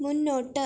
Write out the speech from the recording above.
മുന്നോട്ട്